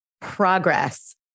Progress